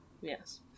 Yes